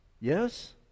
Yes